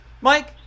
Mike